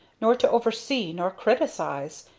nor to oversee, nor criticize.